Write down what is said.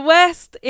West